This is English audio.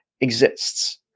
exists